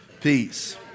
peace